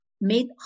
made